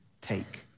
take